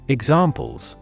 Examples